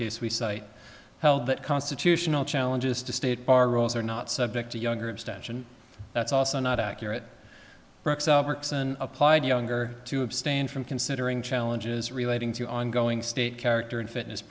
case we cite held that constitutional challenges to state bar rules are not subject to younger abstention that's also not accurate markson applied younger to abstain from considering challenges relating to ongoing state character and fitness